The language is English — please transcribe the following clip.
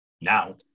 now